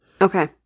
Okay